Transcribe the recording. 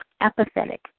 apathetic